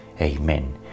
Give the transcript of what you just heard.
Amen